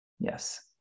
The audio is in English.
yes